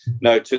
no